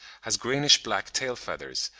has greenish-black tail-feathers,